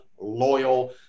Loyal